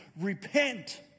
repent